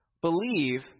believe